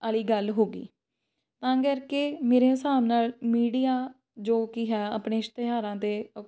ਵਾਲੀ ਗੱਲ ਹੋ ਗਈ ਤਾਂ ਕਰਕੇ ਮੇਰੇ ਹਿਸਾਬ ਨਾਲ ਮੀਡੀਆ ਜੋ ਕਿ ਹੈ ਆਪਣੇ ਇਸ਼ਤਿਹਾਰਾਂ ਦੇ